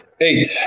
Eight